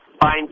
fine